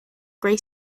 gray